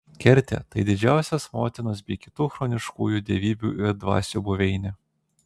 kertė tai didžiosios motinos bei kitų chtoniškųjų dievybių ir dvasių buveinė